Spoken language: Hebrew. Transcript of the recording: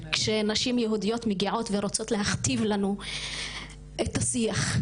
כשנשים יהודיות מגיעות ורוצות להכתיב לנו את השיח,